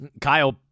Kyle